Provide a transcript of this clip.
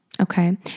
Okay